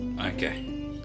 Okay